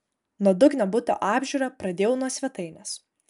nuodugnią buto apžiūrą pradėjau nuo svetainės